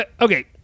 okay